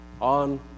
on